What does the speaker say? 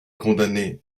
condamné